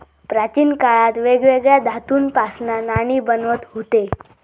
प्राचीन काळात वेगवेगळ्या धातूंपासना नाणी बनवत हुते